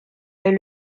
est